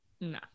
no